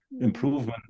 improvement